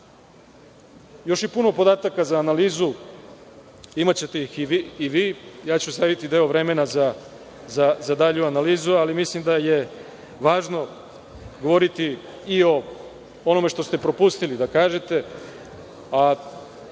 je puno podataka za analizu, imaćete ih i vi. Ostaviću deo vremena za dalju analizu, ali mislim da je važno govoriti i o onome što ste propustili da kažete, a